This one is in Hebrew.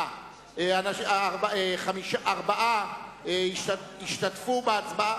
חמישה לא השתתפו בהצבעה,